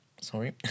sorry